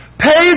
Pays